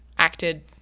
acted